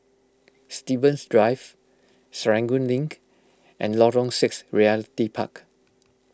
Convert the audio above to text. Stevens Drive Serangoon Link and Lorong six Realty Park